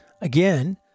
Again